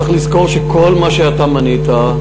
צריך לזכור שכל מה שאתה מנית,